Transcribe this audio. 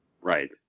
Right